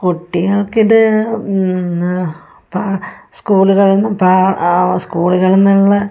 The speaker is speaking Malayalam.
കുട്ടികൾക്കിത് ഇന്ന് സ്കൂളുകളിൽ നിന്ന് സ്കൂളുകളിൽ നിന്ന് ഉള്ള